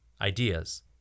ideas